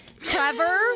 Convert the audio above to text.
Trevor